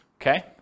Okay